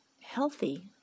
healthy